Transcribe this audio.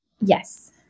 Yes